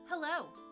Hello